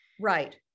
Right